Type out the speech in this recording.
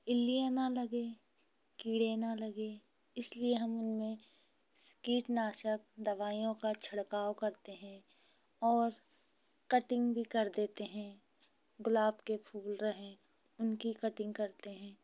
इल्लियाँ न लगें कीड़े न लगें इसलिए हम उनमें कीटनाशक दवाईयों का छिड़काव करते हैं और कटिंग भी कर देते हैं गुलाब के फूल रहें उनकी कटिंग करते हैं